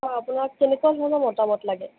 অঁ আপোনাক কেনেকুৱা ধৰণৰ মতামত লাগে